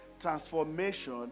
Transformation